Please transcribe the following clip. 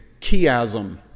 chiasm